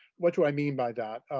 what do i mean by that?